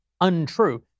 untrue